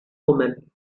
women